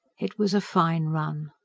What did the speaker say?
it was a fine run.